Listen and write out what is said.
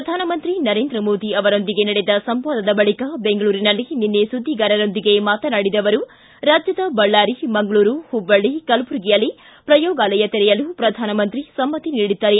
ಪ್ರಧಾನಮಂತ್ರಿ ನರೇಂದ್ರ ಮೋದಿ ಅವರೊಂದಿಗೆ ನಡೆದ ಸಂವಾದದ ಬಳಿಕ ಬೆಂಗಳೂರಿನಲ್ಲಿ ನಿನ್ನೆ ಸುದ್ದಿಗಾರರೊಂದಿಗೆ ಮಾತನಾಡಿದ ಅವರು ರಾಜ್ಯದ ಬಳ್ಳಾರಿ ಮಂಗಳೂರು ಹುಬ್ಬಳ್ಳಿ ಕಲಬುರ್ಗಿಯಲ್ಲಿ ಪ್ರಯೋಗಾಲಯ ತೆರೆಯಲು ಪ್ರಧಾನಮಂತ್ರಿ ಸಮ್ಮತಿ ನೀಡಿದ್ದಾರೆ